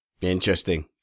Interesting